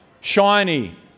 shiny